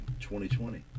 2020